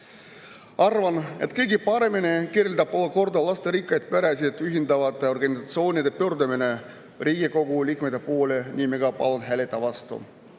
Arvan, et kõige paremini kirjeldab olukorda lasterikkaid peresid ühendavate organisatsioonide pöördumine Riigikogu liikmete poole nimega "Palun hääleta vastu!".